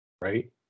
right